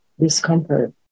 discomfort